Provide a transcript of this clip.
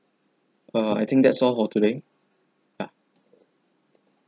err I think that's all for today ya